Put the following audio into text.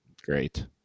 Great